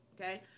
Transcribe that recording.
Okay